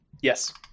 Yes